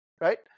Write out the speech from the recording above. right